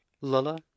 lulla